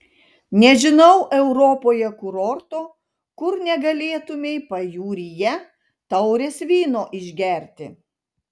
nežinau europoje kurorto kur negalėtumei pajūryje taurės vyno išgerti